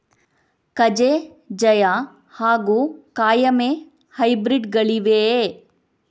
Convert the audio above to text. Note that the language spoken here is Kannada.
ಕಜೆ ಜಯ ಹಾಗೂ ಕಾಯಮೆ ಹೈಬ್ರಿಡ್ ಗಳಿವೆಯೇ?